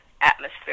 atmosphere